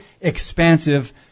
expansive